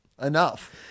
enough